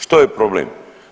Što je problem?